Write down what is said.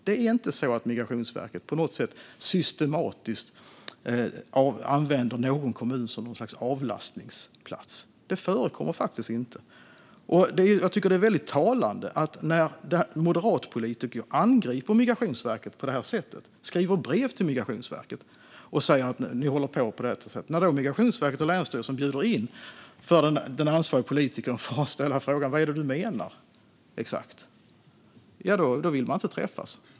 Det är inte så att Migrationsverket på något sätt systematiskt använder någon kommun som något slags avlastningsplats. Det förekommer faktiskt inte. När en moderatpolitiker angriper Migrationsverket på det här sättet genom att skriva brev och säga att så här håller ni på och Migrationsverket och länsstyrelsen då bjuder in den ansvariga politikern för att ställa frågan vad exakt han menar, ja, då vill han inte träffas.